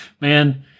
Man